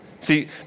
See